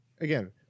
Again